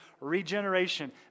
regeneration